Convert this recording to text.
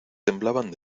temblaban